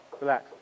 Relax